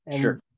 Sure